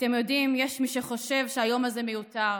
אתם יודעים, יש מי שחושב שהיום הזה מיותר,